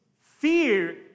fear